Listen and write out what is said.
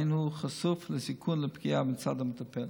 אין הוא חשוף לסיכון של פגיעה מצד המטפל.